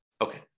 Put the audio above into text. Okay